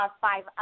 five